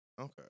Okay